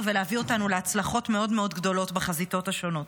ולהביא אותנו להצלחות מאוד מאוד גדולות בחזיתות השונות.